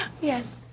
Yes